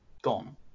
gone